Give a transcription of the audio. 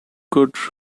court